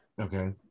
okay